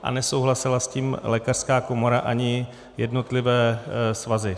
A nesouhlasila s tím lékařská komora ani jednotlivé svazy.